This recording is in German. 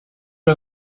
wir